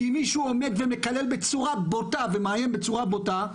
אם מישהו עומד ומקלל בצורה בוטה ומאיים בצורה בוטה,